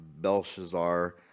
belshazzar